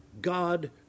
God